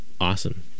awesome